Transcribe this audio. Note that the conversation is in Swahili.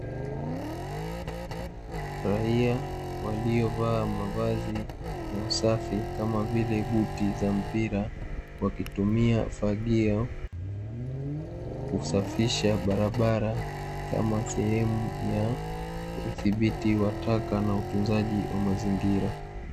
Raia waliovaa mavazi ya usafi kama kama vike buti za mpira, wakitumia fagio kusafisha barabara kama sehemu ya udhibiti wa taka na utunzaji wa mazingira.